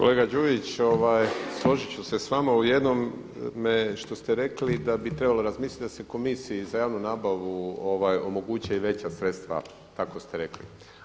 Kolega Đujić, složit ću se s vama u jednome što ste rekli da bi trebalo razmisliti da se Komisiji za javnu nabavu omoguće i veća sredstva tako ste rekli.